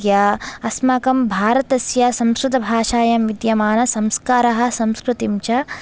अस्माकं भारतस्य संस्कृतभाषायां विद्यमानसंस्कारः संस्कृतिं च